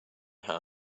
how